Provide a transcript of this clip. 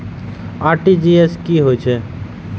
RTGS की होय छै